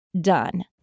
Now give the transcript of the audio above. done